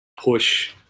push